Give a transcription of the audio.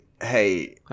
Hey